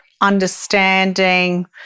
understanding